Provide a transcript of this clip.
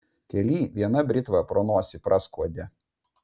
kely viena britva pro nosį praskuodė